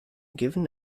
given